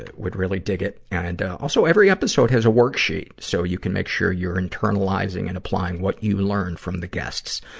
would really dig it. and, ah, also every episode has a worksheet, so you can make sure you're internalizing and applying what you learn from the guests.